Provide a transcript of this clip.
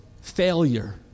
failure